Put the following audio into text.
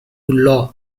law